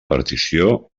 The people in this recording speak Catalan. partició